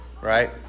Right